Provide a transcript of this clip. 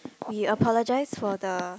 we apologize for the